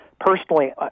personally